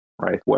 right